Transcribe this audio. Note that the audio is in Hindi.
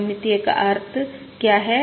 सममितीय का अर्थ क्या है